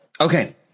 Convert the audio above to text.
Okay